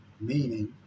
Meaning